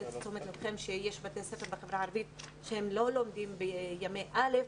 לתשומת לבכם שיש בתי ספר בחברה הערבית יש בתי ספר שלא לומדים בימי א'